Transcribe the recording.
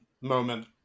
moment